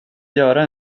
göra